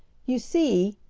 you see,